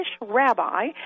rabbi